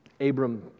Abram